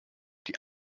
die